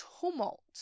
tumult